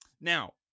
Now